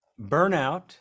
burnout